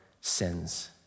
sins